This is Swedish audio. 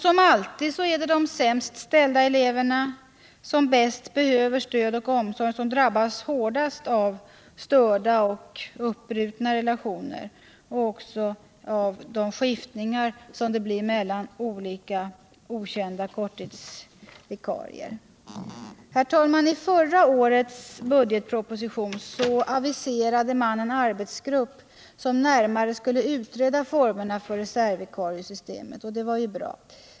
Som alltid är det de sämst ställda eleverna — de som bäst behöver stöd och omsorg — som drabbas hårdast av störda och uppbrutna relationer och även av skiftningarna mellan okända korttidsvikarier. Herr talman! I förra årets budgetproposition aviserades att en arbetsgrupp närmare skulle utreda formerna för reservvikariesystemet. Det var ju bra.